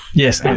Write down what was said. yes, and